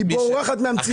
היא בורחת מן המציאות.